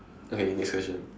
okay next question